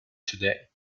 today